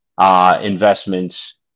investments